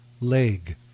leg